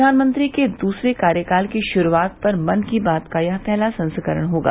प्रधानमंत्री के दूसरे कार्यकाल की शुरूआत पर मन की बात का यह पहला संस्करण होगा